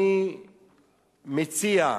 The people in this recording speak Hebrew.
אני מציע,